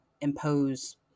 impose